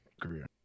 career